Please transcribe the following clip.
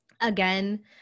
again